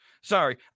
Sorry